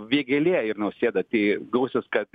vėgėlė ir nausėda tai gausis kad